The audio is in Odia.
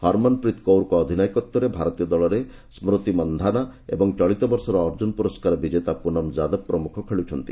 ହରମନପ୍ରିତ୍ କୌରଙ୍କ ଅଧିନାୟକତ୍ୱରେ ଭାରତୀୟ ଦଳରେ ସ୍କ୍ରିତି ମନ୍ଧାନା ଚଳିତ ବର୍ଷର ଅର୍ଜ୍ଜୁନ ପୁରସ୍କାର ବିଜେତା ପୁନମ ଯାଦବ ପ୍ରମୁଖ ଖେଳୁଛନ୍ତି